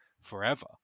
forever